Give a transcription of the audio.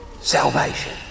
salvation